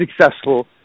successful